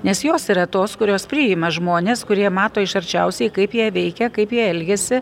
nes jos yra tos kurios priima žmones kurie mato iš arčiausiai kaip jie veikia kaip jie elgiasi